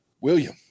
William